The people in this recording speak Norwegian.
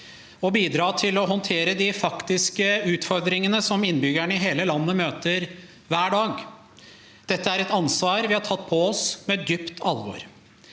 å bidra til å håndtere de faktiske utfordringene som innbyggerne i hele landet møter hver dag. Dette er et ansvar vi har tatt på oss med et dypt alvor.